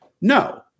No